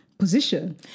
position